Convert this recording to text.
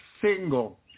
single